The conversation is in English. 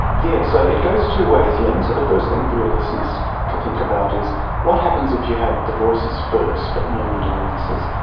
yes, so it goes two ways, lynne. so the first thing for your listeners to think about is what happens if you have the voices first but no mental illnesses?